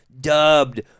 dubbed